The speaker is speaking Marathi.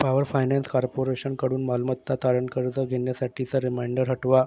पावर फायनॅन्स कार्पोरेशनकडून मालमत्ता तारण कर्ज घेण्यासाठीचा रिमायंडर हटवा